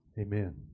Amen